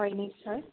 হয় নেকি ছাৰ